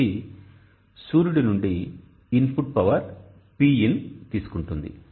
ఇది సూర్యుడి నుండి ఇన్ పుట్ పవర్ Pin తీసుకుంటుంది